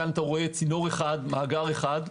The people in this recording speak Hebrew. כאן אתה רואה צינור אחד, מאגר אחד.